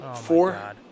four